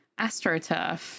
astroturf